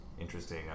interesting